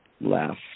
Left